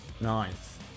Nice